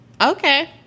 okay